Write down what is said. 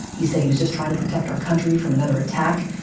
he said he was just trying to protect our country from another attack.